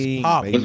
pop